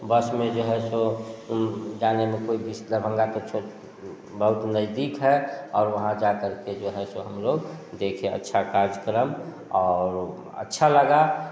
बस में जो है सो डाले ना कोई बीस दरभंगा तक छोड़ बहुत नज़दीक है और वहाँ जा कर के जो है सो हम लोग देखें अच्छा कार्यक्रम और अच्छा लगा